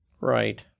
Right